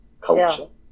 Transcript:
culture